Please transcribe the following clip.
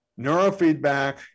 neurofeedback